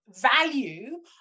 value